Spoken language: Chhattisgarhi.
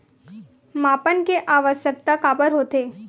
मापन के आवश्कता काबर होथे?